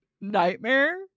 nightmare